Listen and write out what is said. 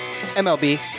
MLB